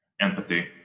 Empathy